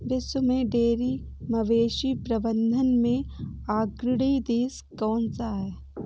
विश्व में डेयरी मवेशी प्रबंधन में अग्रणी देश कौन सा है?